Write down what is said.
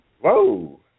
Whoa